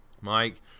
Mike